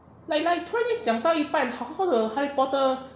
like like 突然间讲到一半好好得 harry potter